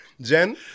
Jen